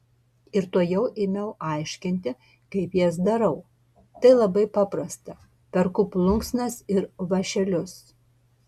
ir tuojau ėmiau aiškinti kaip jas darau tai labai paprasta perku plunksnas ir vąšelius